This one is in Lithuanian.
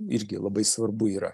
irgi labai svarbu yra